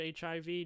hiv